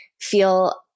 feel